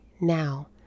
now